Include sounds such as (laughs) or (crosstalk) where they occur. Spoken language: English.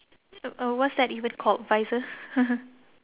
a uh what's that even called visor (laughs)